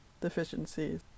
deficiencies